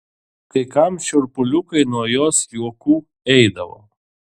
kai kam šiurpuliukai nuo jos juokų eidavo